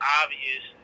obvious